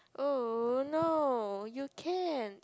oh no you can